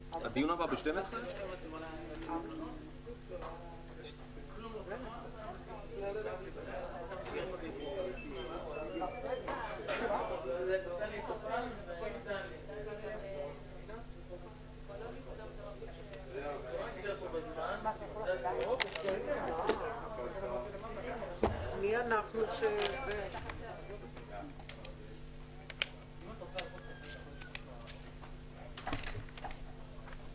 11:28.